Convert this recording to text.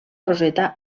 roseta